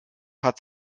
hat